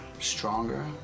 stronger